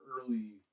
early